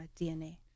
DNA